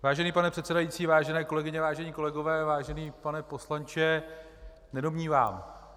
Vážený pane předsedající, vážené kolegyně, vážení kolegové, vážený pane poslanče, nedomnívám.